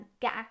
get